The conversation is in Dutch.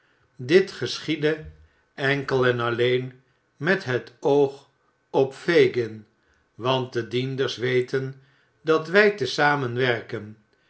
dit geschiedde enkel en alleen met het oog op fagin want de dienders weten dat